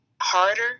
harder